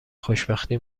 خوشبختی